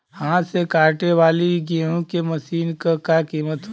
हाथ से कांटेवाली गेहूँ के मशीन क का कीमत होई?